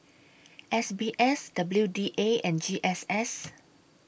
S B S W D A and G S S